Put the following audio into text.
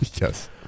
Yes